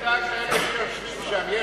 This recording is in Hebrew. אל תדאג לאלה שיושבים שם.